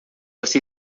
você